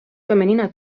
femenina